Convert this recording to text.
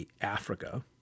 Africa